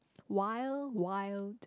wild wild